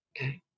Okay